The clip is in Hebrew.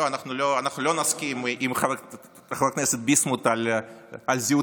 לא, אנחנו לא נסכים עם חבר כנסת ביסמוט על הזהות